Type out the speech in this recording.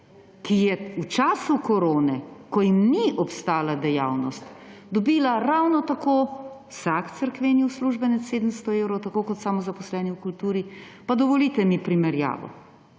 ki je v času korone, ko ji ni obstaja delavnost, dobila ravno tako, vsak cerkveni uslužbenec 700 evrov tako kot samozaposleni v kulturi, pa dovolite mi primerjavo,